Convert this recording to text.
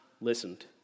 listened